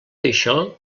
això